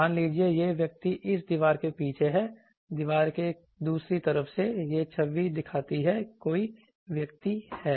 मान लीजिए यह व्यक्ति इस दीवार के पीछे है दीवार के दूसरी तरफ से यह छवि दिखाती है कि कोई व्यक्ति है